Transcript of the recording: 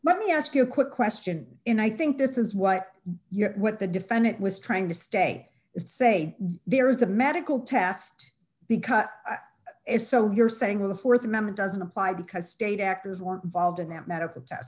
let me ask you a quick question and i think this is what you're what the defendant was trying to stay say there is a medical test because if so you're saying the th amendment doesn't apply because state actors were involved in that medical test